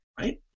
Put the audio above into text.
right